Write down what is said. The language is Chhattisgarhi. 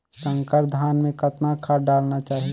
संकर धान मे कतना खाद डालना चाही?